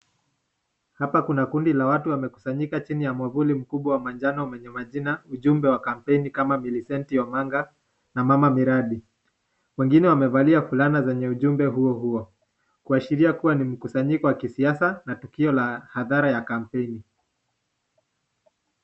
Hapa kuna kundi la watu wamekusanyika chini ya mwavuli mkubwa wa manjano yenye majina ujumbe ya kampeni kama Millicent Omanga na mama miradi. Wengine wamevalia fulana zenye ujumbe huo huo, kuashiria kua ni mkusanyiko wa kisiasa na tukio la hadhara ya kampeni.